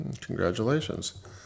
Congratulations